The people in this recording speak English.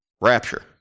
Rapture